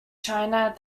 china